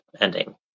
ending